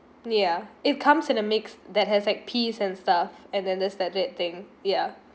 ya it comes in a mix that has like piece and stuff and then there's that that thing ya